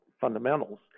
fundamentals